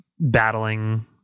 battling